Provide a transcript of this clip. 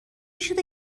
شده